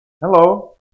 Hello